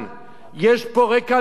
יש פה רקע לאומני,